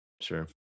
sure